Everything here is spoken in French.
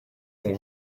font